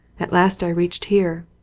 at last i reached here.